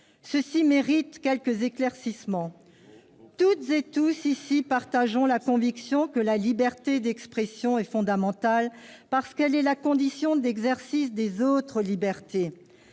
Ce point mérite quelques éclaircissements. Toutes et tous, dans cet hémicycle, avons la conviction que la liberté d'expression est fondamentale, parce qu'elle est la condition d'exercice des autres libertés.